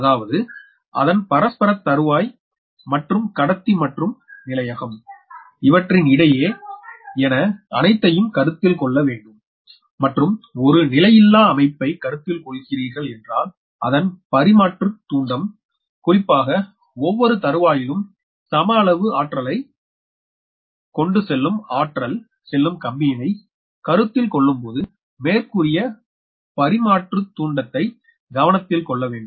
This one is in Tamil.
அதாவது அதன் பரஸ்பர தருவாய் மற்றும் கடத்தி மற்றும் நிலையகம் இவற்றிற்கு இடையே என அனைத்தையம் கருத்தில் கொள்ள வேண்டும் மற்றும் ஒரு நிலையிலா அமைப்பை கருத்தில் கொள்கிறீர்கள் என்றால் அதன் பரிமாற்றுத் தூண்டம் குறிப்பாக ஒவ்வொரு தருவாயிலும் சம அளவு ஆற்றலை கொண்டுசெல்லும் ஆற்றல் செல்லும் கம்பியினை கருத்தில் கொள்ளும்பொழுது மேற்குறிய பரிமாற்றுத் தூண்டத்தை கவனத்தில் கொள்ள வேண்டும்